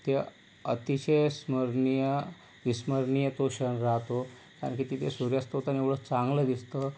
ते अतिशय स्मरणीय विस्मरणीय तो क्षण राहतो कारण की तिथे सूर्यास्त होताना एवढं चांगलं दिसतं